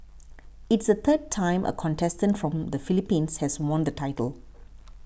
it's the third time a contestant from the Philippines has won the title